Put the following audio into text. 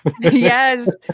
Yes